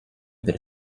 per